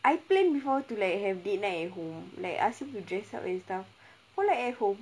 I planned before to like have date night at home like ask him to dress up and stuff [one] like at home